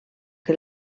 que